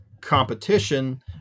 competition